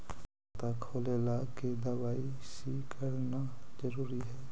खाता खोले ला के दवाई सी करना जरूरी है?